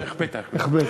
החבאת.